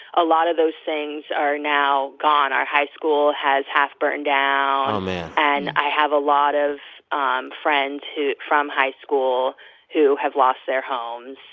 a lot of those things are now gone. our high school has half burned down oh, man and i have a lot of um friends who from high school who have lost their homes.